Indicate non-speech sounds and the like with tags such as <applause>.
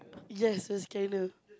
<noise> yes the scanner